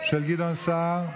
של גדעון סער?